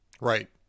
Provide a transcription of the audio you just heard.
Right